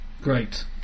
Great